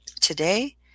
Today